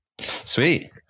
Sweet